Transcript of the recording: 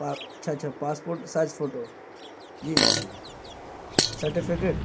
پا اچھا اچھا پاسپورٹ سائز فوٹو جی جی جی سرٹیفکیٹ